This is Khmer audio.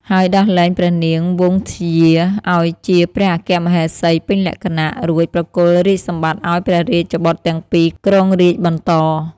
ហើយដោះលែងព្រះនាងវង្សធ្យាឱ្យជាព្រះអគ្គមហេសីពេញលក្ខណៈ រួចប្រគល់រាជសម្បត្តិឱ្យព្រះរាជបុត្រទាំងពីរគ្រងរាជ្យបន្ត។